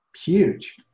huge